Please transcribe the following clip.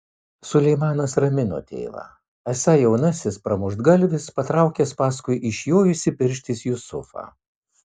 suleimanas ramino tėvą esą jaunasis pramuštgalvis patraukęs paskui išjojusį pirštis jusufą